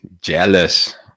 jealous